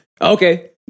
Okay